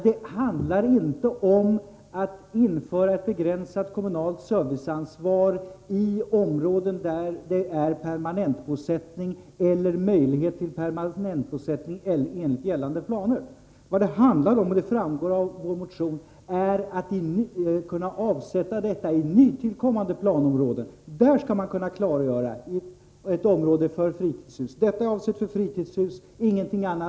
Det handlar inte om att införa ett begränsat kommunalt serviceansvar i områden där det finns permanentbosättning eller möjlighet till permanentbosättning enligt gällan de planer. Vad det handlar om — och det framgår av vår motion — är att kunna avsätta detta i nytillkommande planområden. Där skall man kunna klargöra om ett visst område är avsett för fritidshus och ingenting annat.